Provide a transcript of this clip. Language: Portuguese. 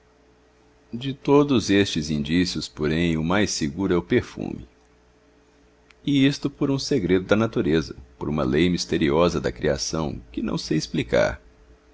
de todos estes indícios porém o mais seguro é o perfume e isto por um segredo da natureza por uma lei misteriosa da criação que não sei explicar